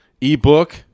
ebook